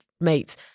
mate